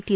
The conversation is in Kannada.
ಟಿ